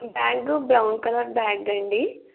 bag brown colour bag అండి